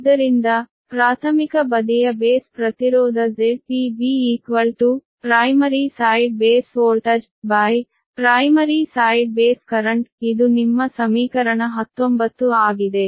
ಆದ್ದರಿಂದ ಪ್ರಾಥಮಿಕ ಬದಿಯ ಬೇಸ್ ಪ್ರತಿರೋಧ ZpB primary side base voltage primary side base currentಇದು ನಿಮ್ಮ ಸಮೀಕರಣ 19 ಆಗಿದೆ